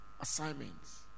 assignments